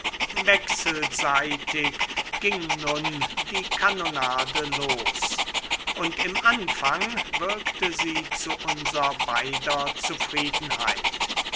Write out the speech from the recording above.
wechselseitig ging nun die kanonade los und im anfang wirkte sie zu unser beider zufriedenheit